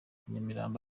nyamirambo